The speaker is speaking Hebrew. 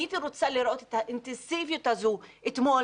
הייתי רוצה את האינטנסיביות הזאת אתמול